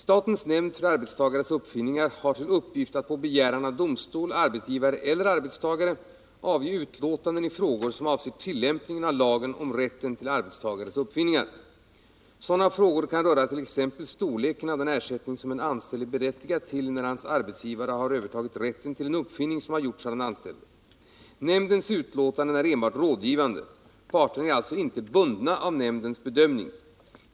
Statens nämnd för arbetstagares uppfinningar har till uppgift att på 153 begäran av domstol, arbetsgivare eller arbetstagare avge utlåtanden i frågor som avser tillämpningen av lagen om rätten till arbetstagares uppfinningar. Sådana frågor kan röra t.ex. storleken av den ersättning som en anställd är berättigad till när hans arbetsgivare har övertagit rätten till en uppfinning som har gjorts av den anställde. Nämndens utlåtanden är enbart rådgivande. Parterna är alltså inte bundna av nämndens bedömning.